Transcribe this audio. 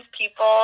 people